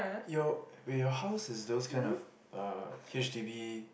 your your house is those kind of uh H_D_B